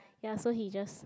ya so he just